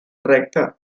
recta